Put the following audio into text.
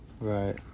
right